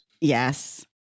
Yes